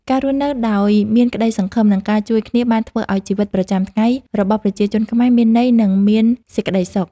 ការរស់នៅដោយមានក្តីសង្ឃឹម និងការជួយគ្នាបានធ្វើឱ្យជីវិតប្រចាំថ្ងៃរបស់ប្រជាជនខ្មែរមានន័យនិងមានសេចក្ដីសុខ។